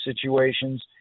situations